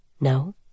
No